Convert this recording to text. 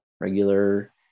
Regular